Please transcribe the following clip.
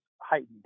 heightened